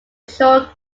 short